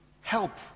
help